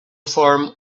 form